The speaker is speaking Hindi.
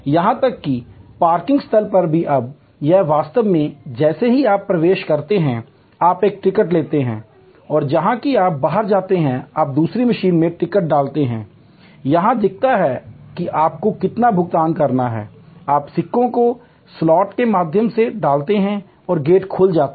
यहां तक कि पार्किंग स्थल भी अब हैं आप वास्तव में जैसे ही आप प्रवेश करते हैं आप एक टिकट लेते हैं और जैसे ही आप बाहर जाते हैं आप दूसरी मशीन में टिकट डालते हैं यह दिखाता है कि आपको कितना भुगतान करना है आप सिक्के को स्लॉट के माध्यम से डालते हैं और गेट खुल जाता है